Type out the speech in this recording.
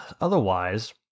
Otherwise